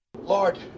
Lord